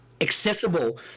accessible